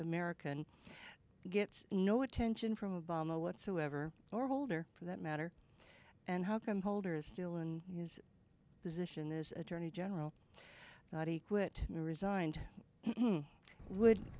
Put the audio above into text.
american gets no attention from obama whatsoever or holder for that matter and how come holder is still in his position as attorney general not a quit resigned would